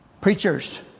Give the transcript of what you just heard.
Preachers